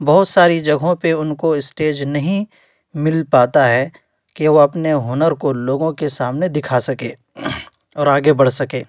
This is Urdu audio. بہت ساری جگہوں پہ ان کو اسٹیج نہیں مل پاتا ہے کہ وہ اپنے ہنر کو لوگوں کے سامنے دکھا سکے اور آگے بڑھ سکیں